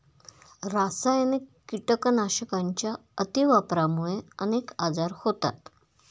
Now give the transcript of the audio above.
रासायनिक कीटकनाशकांच्या अतिवापरामुळे अनेक आजार होतात